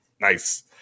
Nice